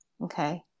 Okay